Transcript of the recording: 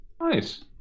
nice